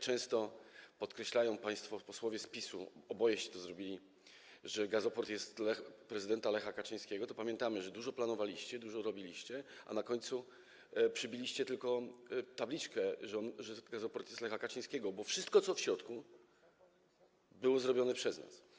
Często podkreślają państwo posłowie z PiS-u - oboje to zrobiliście - że gazoport jest prezydenta Lecha Kaczyńskiego, a pamiętamy, że dużo planowaliście, dużo robiliście, a na końcu przybiliście tylko tabliczkę, że port jest Lecha Kaczyńskiego, bo wszystko, co w środku, było zrobione przez nas.